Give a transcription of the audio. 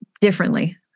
differently